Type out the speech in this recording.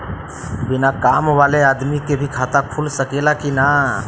बिना काम वाले आदमी के भी खाता खुल सकेला की ना?